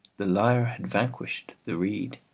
the lyre had vanquished the reed.